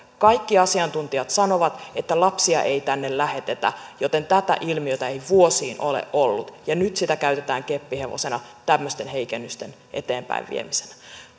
kaikki asiantuntijat sanovat että lapsia ei tänne lähetetä joten tätä ilmiötä ei vuosiin ole ollut ja nyt sitä käytetään keppihevosena tämmöisten heikennysten eteenpäinviemiseen